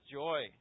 joy